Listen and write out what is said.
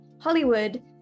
Hollywood